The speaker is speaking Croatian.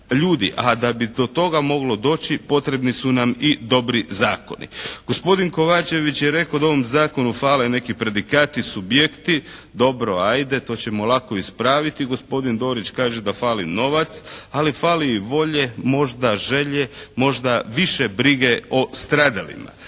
A da bi do toga moglo doći potrebni su nam i dobri zakoni. Gospodin Kovačević je rekao da ovom zakonu fale neki predikati, subjekti, dobro, ajde to ćemo lako ispraviti. Gospodin Dorić kaže da fali novac. Ali fali i volje, možda želje, možda više brige o stradalima.